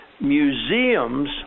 museums